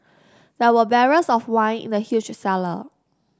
there were barrels of wine in the huge cellar